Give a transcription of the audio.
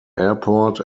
airport